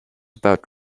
about